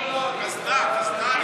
קסדה, קסדה.